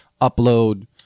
upload